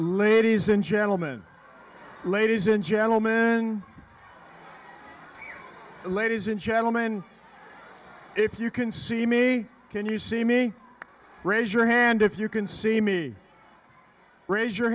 ladies and gentlemen ladies and gentlemen ladies and gentlemen if you can see me can you see me raise your hand if you can see me raise your